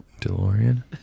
DeLorean